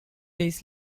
days